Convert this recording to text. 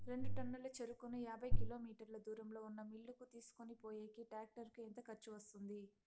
రెండు టన్నుల చెరుకును యాభై కిలోమీటర్ల దూరంలో ఉన్న మిల్లు కు తీసుకొనిపోయేకి టాక్టర్ కు ఎంత ఖర్చు వస్తుంది?